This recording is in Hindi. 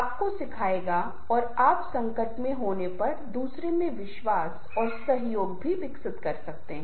आपको सिखाएगा और आप संकट में होने पर दूसरों से विश्वास और सहयोग भी विकसित कर सकते हैं